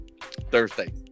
Thursday